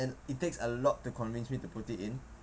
and it takes a lot to convince me to put it in